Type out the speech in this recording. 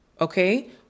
okay